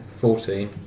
Fourteen